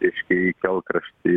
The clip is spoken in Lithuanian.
reiškia į kelkraštį